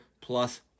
plus